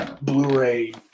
Blu-ray